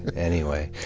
anyway.